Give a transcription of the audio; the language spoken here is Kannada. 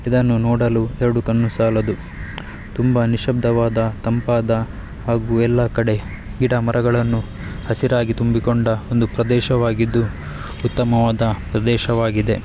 ಇದನ್ನು ನೋಡಲು ಎರಡು ಕಣ್ಣು ಸಾಲದು ತುಂಬ ನಿಶ್ಯಬ್ದವಾದ ತಂಪಾದ ಹಾಗೂ ಎಲ್ಲ ಕಡೆ ಗಿಡ ಮರಗಳನ್ನು ಹಸಿರಾಗಿ ತುಂಬಿಕೊಂಡ ಒಂದು ಪ್ರದೇಶವಾಗಿದ್ದು ಉತ್ತಮವಾದ ಪ್ರದೇಶವಾಗಿದೆ